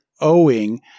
owing